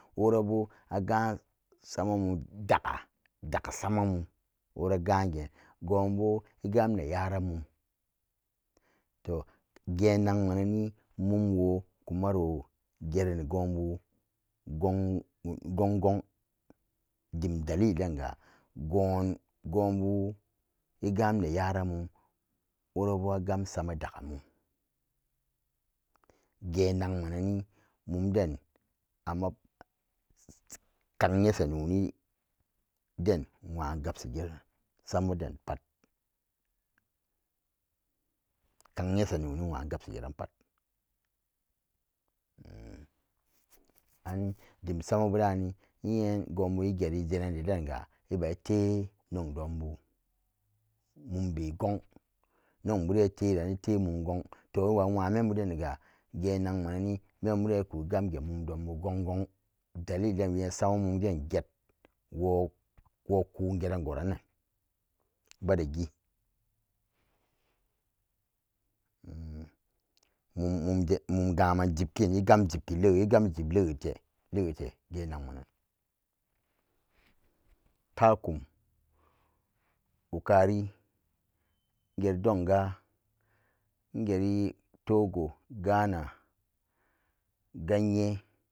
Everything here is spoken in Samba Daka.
Inworabu amgamu sammun dokka dakka dakka samamu gangen gumbu bo igam nexaranmum to genanan mani mumwo komaro ge reneni gonbu gan gon dani dalili den ga gon gonbu igam nenya ran wurabu agam sama dakka genanmanan ni mumden kak nyasa noni dem nwgagap shi get samanmu den pat gan nxesa hmm andes amanu dani inuxe gubu igetri jannade den ga ibaxa lenok donbu geon gon naubu den ileran imon gon ite to iba nexa membu dene ga membu den iko gamget mom donbu gon gen dalilin den ga samamun den get wokongeran gorannan bade gi hmm mun mungaman jipkipkin igam jib le igamjib lete genamanan takum ukari get denga ingeri to go gana ganye